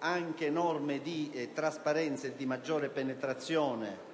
anche per la trasparenza ed una maggiore penetrazione